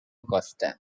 costa